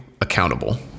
accountable